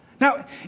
Now